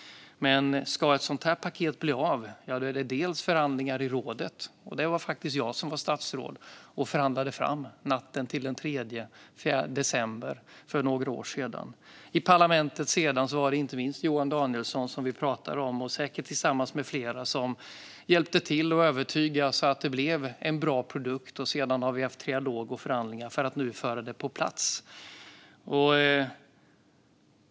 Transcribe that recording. Men ska ett sådant här paket bli av är det dels förhandlingar i rådet, där det faktiskt var jag som statsråd som förhandlade fram det natten den 3-4 december för några år sedan, dels arbete i parlamentet där det inte minst var Johan Danielsson som vi pratade om som, säkert tillsammans med flera, hjälpte till att övertyga så att det blev en bra produkt. Sedan har vi haft trilog och förhandlingar för att föra det på plats.